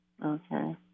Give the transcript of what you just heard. Okay